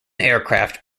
aircraft